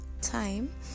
time